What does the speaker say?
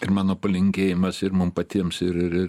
ir mano palinkėjimas ir mum patiems ir ir ir